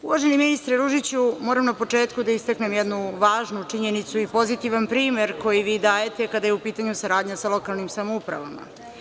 Uvaženi ministre Ružiću, moram na početku da istaknem jednu javnu činjenicu i pozitivan primer koji vi dajete kada je u pitanju saradnja sa lokalnim samoupravama.